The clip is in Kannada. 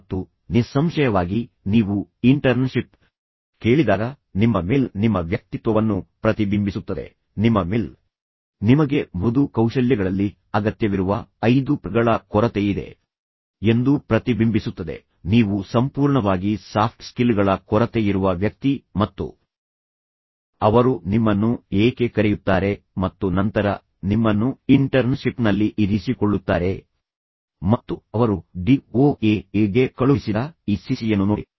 ಮತ್ತು ನಿಸ್ಸಂಶಯವಾಗಿ ನೀವು ಇಂಟರ್ನ್ಶಿಪ್ ಕೇಳಿದಾಗ ನಿಮ್ಮ ಮೇಲ್ ನಿಮ್ಮ ವ್ಯಕ್ತಿತ್ವವನ್ನು ಪ್ರತಿಬಿಂಬಿಸುತ್ತದೆ ನಿಮ್ಮ ಮೇಲ್ ನಿಮಗೆ ಮೃದು ಕೌಶಲ್ಯಗಳಲ್ಲಿ ಅಗತ್ಯವಿರುವ 5P ಗಳ ಕೊರತೆಯಿದೆ ಎಂದು ಪ್ರತಿಬಿಂಬಿಸುತ್ತದೆ ನೀವು ಸಂಪೂರ್ಣವಾಗಿ ಸಾಫ್ಟ್ ಸ್ಕಿಲ್ಗಳ ಕೊರತೆಯಿರುವ ವ್ಯಕ್ತಿ ಮತ್ತು ಅವರು ನಿಮ್ಮನ್ನು ಏಕೆ ಕರೆಯುತ್ತಾರೆ ಮತ್ತು ನಂತರ ನಿಮ್ಮನ್ನು ಇಂಟರ್ನ್ಶಿಪ್ನಲ್ಲಿ ಇರಿಸಿಕೊಳ್ಳುತ್ತಾರೆ ಮತ್ತು ಅವರು D O A A ಗೆ ಕಳುಹಿಸಿದ ಈ ಸಿಸಿಯನ್ನು ನೋಡಿ